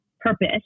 purpose